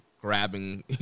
grabbing